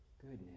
goodness